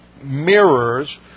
mirrors